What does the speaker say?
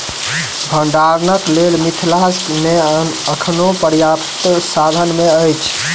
भंडारणक लेल मिथिला मे अखनो पर्याप्त साधन नै अछि